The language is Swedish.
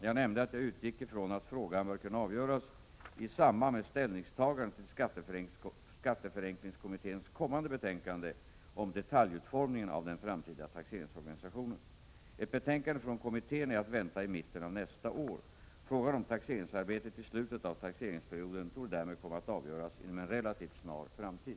Jag nämnde att jag utgick från att frågan bör kunna avgöras i samband med ställningstagandet till skatteförenklingskommitténs kommande betänkande om detaljutformningen av den framtida taxeringsorganisationen. Ett betänkande från kommittén är att vänta i mitten av nästa år. Frågan om taxeringsarbetet i slutet av taxeringsperioden torde därmed komma att avgöras inom en relativt snar framtid.